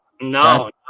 No